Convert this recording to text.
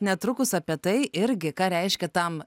netrukus apie tai irgi ką reiškia tam